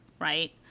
right